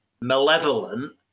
malevolent